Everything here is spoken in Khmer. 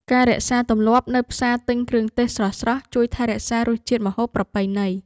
ការរក្សាទម្លាប់ទៅផ្សារទិញគ្រឿងទេសស្រស់ៗជួយថែរក្សារសជាតិម្ហូបប្រពៃណី។